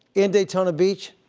in daytona beach,